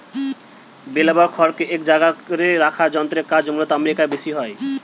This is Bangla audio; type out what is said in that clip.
বেলার বা খড়কে এক জায়গারে করার যন্ত্রের কাজ মূলতঃ আমেরিকায় বেশি হয়